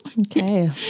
Okay